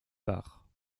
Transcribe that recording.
parts